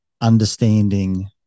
understanding